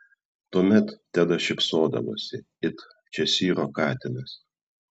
tuomet tedas šypsodavosi it češyro katinas